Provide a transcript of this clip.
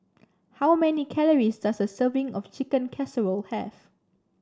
how many calories does a serving of Chicken Casserole have